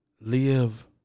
live